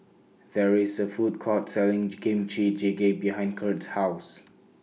There IS A Food Court Selling Kimchi Jjigae behind Curt's House